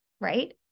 right